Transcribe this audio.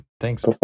Thanks